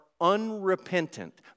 unrepentant